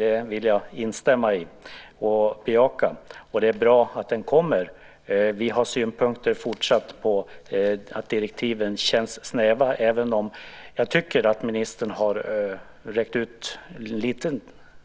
Det vill jag instämma i och bejaka. Det är bra att den kommer. Vi har fortsatt synpunkter på att direktiven känns snäva även om jag tycker att ministern har räckt ut ett litet